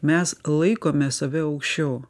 mes laikome save aukščiau